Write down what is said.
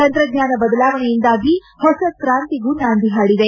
ತಂತ್ರಜ್ಞಾನ ಬದಲಾವಣೆಯಿಂದಾಗಿ ಹೊಸ ಕ್ರಾಂತಿಗೂ ನಾಂದಿ ಹಾಡಿದೆ